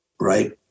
right